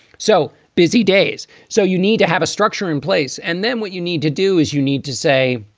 so busy days. so you need to have a structure in place. and then what you need to do is you need to say,